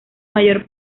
mayor